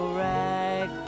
rag